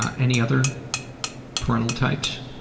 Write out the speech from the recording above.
ah any other parental types?